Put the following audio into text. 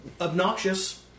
obnoxious